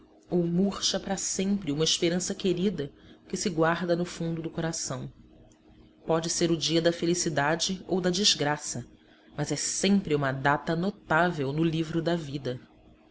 ou murcha para sempre uma esperança querida que se guarda no fundo do coração pode ser o dia da felicidade ou da desgraça mas é sempre uma data notável no livro da vida